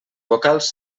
vocals